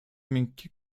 miękkie